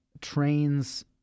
Trains